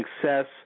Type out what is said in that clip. success